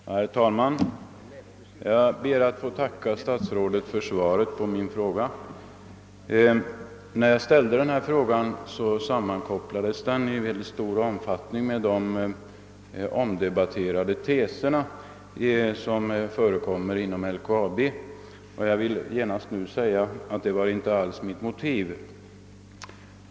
Herr talman! Jag ber att få tacka statsrådet för svaret på min fråga. När jag ställde denna fråga sammankopplades den i mycket stor omfattning med de omdebatterade teser som förekommer inom LKAB. Jag vill genast förklara att dessa inte alls var mitt motiv.